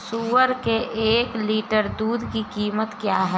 सुअर के एक लीटर दूध की कीमत क्या है?